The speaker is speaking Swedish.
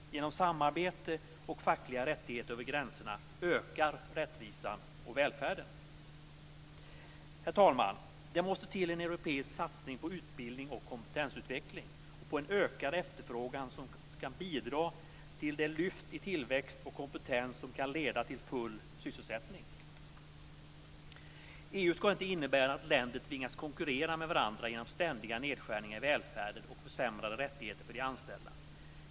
Genom samarbete och fackliga rättigheter över gränserna ökar rättvisan och välfärden. Herr talman! Det måste till en europeisk satsning på utbildning och kompetensutveckling och på en ökad efterfrågan som kan bidra till det lyft i tillväxt och kompetens som kan leda till full sysselsättning. EU ska inte innebära att länder tvingas konkurrera med varandra genom ständiga nedskärningar i välfärden och försämrade rättigheter för de anställda.